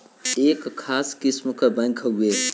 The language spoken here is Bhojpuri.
एक खास किस्म क बैंक हउवे